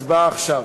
הצבעה עכשיו.